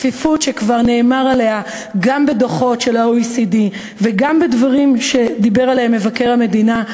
שכבר נאמר עליה גם בדוחות של ה-OECD וגם בדברים של מבקר המדינה,